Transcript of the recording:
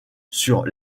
sur